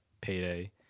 Payday